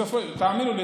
תאמינו לי,